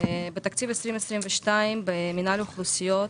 בתקציב 22' במינהל אוכלוסיות